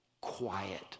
quiet